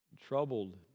troubled